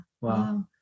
wow